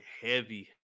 heavy